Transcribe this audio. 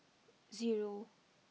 zero